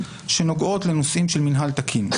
שנוגעות לנושאים של מינהל תקין.